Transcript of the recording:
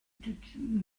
جوئی